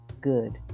good